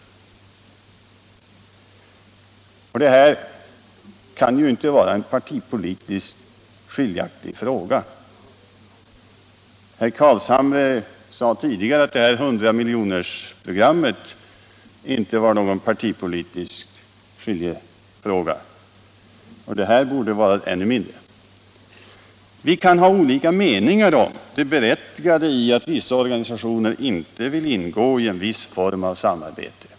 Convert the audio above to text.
Det här kan ju inte vara en partipolitiskt skiljaktig fråga. Herr Carlshamre sade tidigare att 100-miljonersprogrammet inte var någon partipolitiskt skiljaktig fråga, och det här borde ännu mindre vara det. Vi kan ha olika meningar om det berättigade i att vissa organisationer inte vill ingå i en viss form av samarbete.